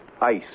ice